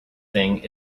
thing